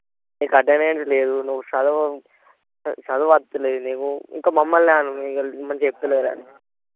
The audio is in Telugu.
నీకు అటెండెన్స్ లేదు నువ్వు చదువవు చదువు వస్తలేదు నీకు ఇంకా మమ్మల్ని అను మీరు మంచిగా చెప్తలేరని